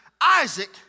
Isaac